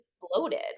bloated